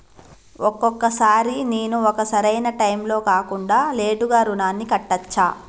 ఒక్కొక సారి నేను ఒక సరైనా టైంలో కాకుండా లేటుగా రుణాన్ని కట్టచ్చా?